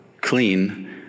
clean